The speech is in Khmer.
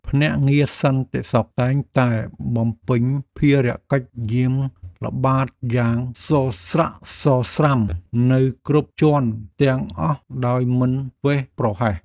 ភ្នាក់ងារសន្តិសុខតែងតែបំពេញភារកិច្ចយាមល្បាតយ៉ាងសស្រាក់សស្រាំនៅគ្រប់ជាន់ទាំងអស់ដោយមិនធ្វេសប្រហែស។